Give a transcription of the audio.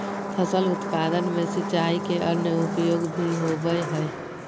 फसल उत्पादन में सिंचाई के अन्य उपयोग भी होबय हइ